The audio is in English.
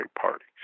party